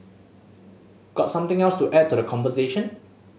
got something else to add to the conversation